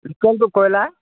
লোকেলটো কইলাৰ